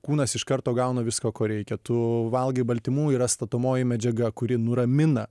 kūnas iš karto gauna viską ko reikia tu valgai baltymų yra statomoji medžiaga kuri nuramina